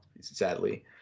sadly